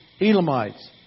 Elamites